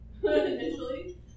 initially